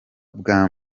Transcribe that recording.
bwa